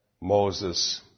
Moses